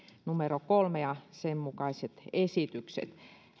numero kolme ja sen mukaiset esitykset